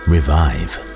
Revive